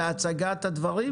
בהצגת הדברים?